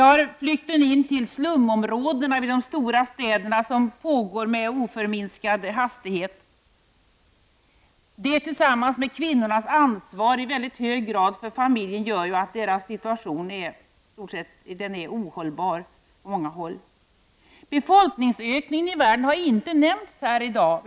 Flykten till stumområdena i storstäderna pågår med oförminskad hastighet. Detta tillsammans med kvinnornas ökade ansvar för familjen gör att deras situation är ohållbar på många håll i världen. Befolkningsökningen har inte nämnts här i dag.